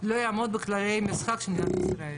לא יעמוד בכללי המשחק של מדינת ישראל.